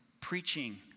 preaching